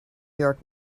york